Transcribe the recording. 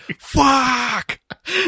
fuck